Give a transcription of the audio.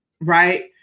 right